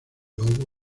lobo